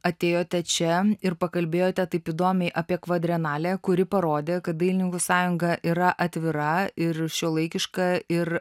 atėjote čia ir pakalbėjote taip įdomiai apie kvadrenalę kuri parodė kad dailininkų sąjunga yra atvira ir šiuolaikiška ir